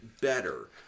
better